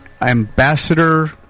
Ambassador